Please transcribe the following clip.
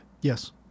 Yes